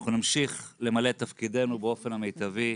אנחנו נמשיך למלא את תפקידנו באופן מיטבי.